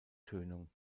tönung